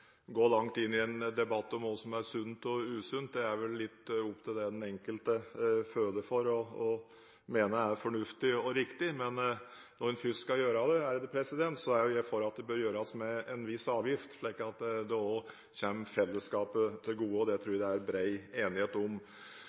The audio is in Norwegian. gå langt inn i en debatt om hva som er sunt og usunt. Det er vel litt opp til det den enkelte føler for og mener er fornuftig og riktig. Men når en først skal gjøre det, så er jeg for at det bør gjøres med en viss avgift slik at det òg kommer fellesskapet til gode, og det tror jeg det er bred enighet om.